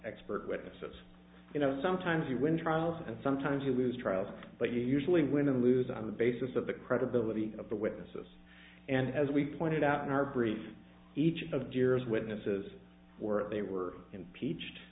expert witnesses you know sometimes you win trials and sometimes you lose trials but you usually women lose on the basis of the credibility of the witnesses and as we pointed out in our brief each of the jurors witnesses were they were impeached